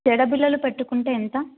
జడ బిళ్ళలు పెట్టుకుంటే ఎంత